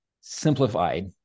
simplified